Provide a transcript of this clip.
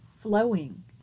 flowing